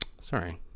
sorry